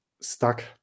stuck